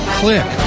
click